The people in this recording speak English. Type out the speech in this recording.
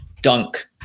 Dunk